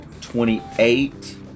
Twenty-eight